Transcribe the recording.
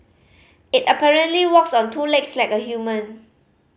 it apparently walks on two legs like a human